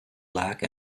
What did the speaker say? lack